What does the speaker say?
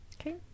Okay